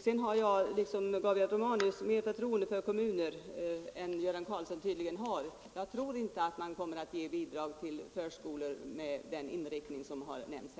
Sedan har jag liksom Gabriel Romanus mer förtroende för kommuner än herr Göran Karlsson tydligen har. Jag tror inte att man kommer att ge bidrag till förskolor med den inriktning som har nämnts här.